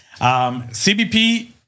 CBP